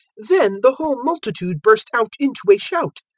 then the whole multitude burst out into a shout.